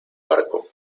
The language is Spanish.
barco